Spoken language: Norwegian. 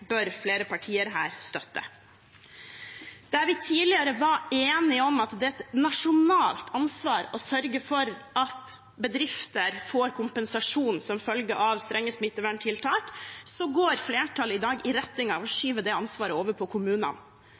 bør flere partier her støtte. Der vi tidligere var enige om at det er et nasjonalt ansvar å sørge for at bedrifter får kompensasjon som følge av strenge smitteverntiltak, går flertallet i dag i retning av å skyve det ansvaret over på kommunene.